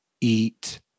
eat